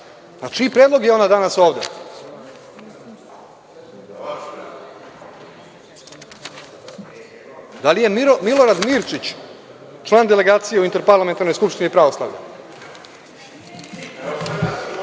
Na čiji predlog je ona danas ovde. Da li je Milorad Mirčić član delegacije u Interparlamenarnoj skupštini pravoslavlja?(Vojislav